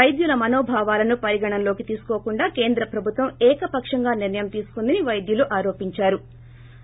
వైద్యుల మనోభావాలను పరిగణనలోకి తీసుకోకుండా కేంద్ర ప్రభుత్వం ఏకపక్షంగా నిర్ణయం తీసుకుందని వైద్యులు ఆరోపించారు